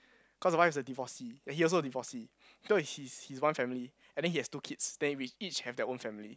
cause the wife is a divorcee and he also a divorcee so he's he's is one family and then he has two kids then with each have their own family